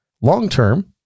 Long-term